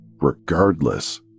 regardless